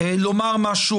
לומר משהו,